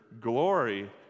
glory